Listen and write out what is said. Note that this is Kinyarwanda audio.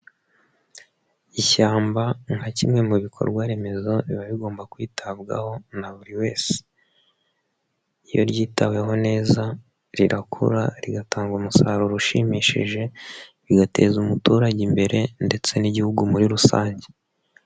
Ishyamba nka kimwe mu bikorwa remezo, biba bigomba kwitabwaho na buri wese. Iyo ryitaweho neza rirakura rigatanga umusaruro ushimishije, bigateza umuturage imbere ndetse n'Igihugu muri rusange.